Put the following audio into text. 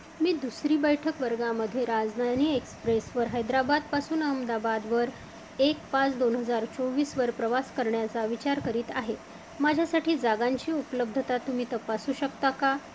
मी दुसरी बैठक वर्गामध्ये राजधानी एक्सप्रेसवर हैद्राबादपासून अहमदाबादवर एक पाच दोन हजार चोवीसवर प्रवास करण्याचा विचार करीत आहे माझ्यासाठी जागांची उपलब्धता तुम्ही तपासू शकता का